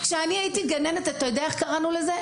כשאני הייתי גננת, אתה יודע איך קראנו לזה?